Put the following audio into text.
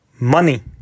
money